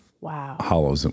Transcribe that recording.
Wow